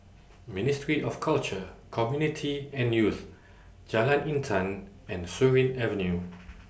Ministry of Culture Community and Youth Jalan Intan and Surin Avenue